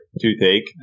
toothache